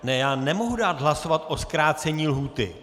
Ne, já nemohu dát hlasovat o zkrácení lhůty.